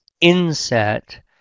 inset